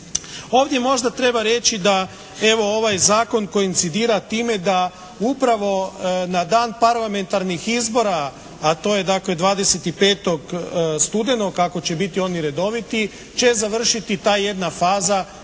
Ovdje možda treba reći da evo ovaj zakon koincidira time da upravo na dan parlamentarnih izbora, a to je dakle 25. studenog ako će biti oni redoviti će završiti ta jedna faza,